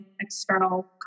external